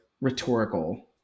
rhetorical